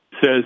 says